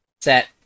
set